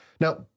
Now